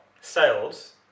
sales